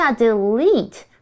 delete